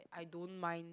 I don't mind